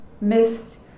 Mist